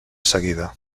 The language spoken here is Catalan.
seguida